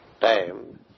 time